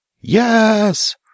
Yes